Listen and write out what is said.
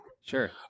Sure